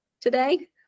today